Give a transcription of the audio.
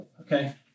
Okay